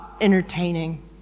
entertaining